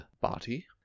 body